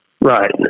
Right